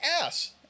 ass